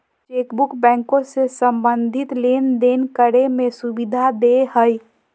chequebook बैंको से संबंधित लेनदेन करे में सुविधा देय हइ